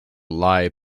lie